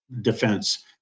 Defense